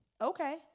Okay